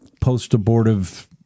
post-abortive